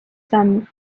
samm